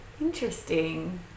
Interesting